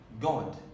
God